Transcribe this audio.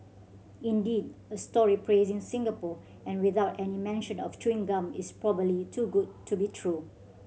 indeed a story praising Singapore and without any mention of chewing gum is probably too good to be true